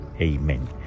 amen